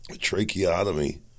Tracheotomy